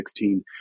2016